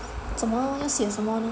怎么要写什么呢